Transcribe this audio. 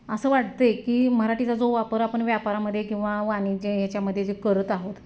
असं वाटतं आहे की मराठीचा जो वापर आपण व्यापारामध्ये किंवा वाणिज्य याच्यामध्ये जे करत आहोत